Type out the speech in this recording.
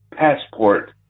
passport